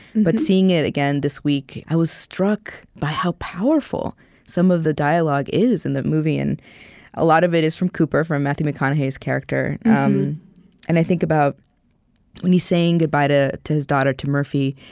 and but seeing it again this week, i was struck by how powerful some of the dialogue is in the movie. and a lot of it is from cooper, from matthew mcconaughey's character um and i think about when he's saying goodbye to to his daughter, to murphy,